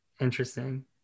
Interesting